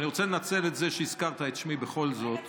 אבל אני רוצה לנצל את זה שהזכרת את שמי, בכל זאת,